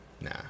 Nah